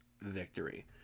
victory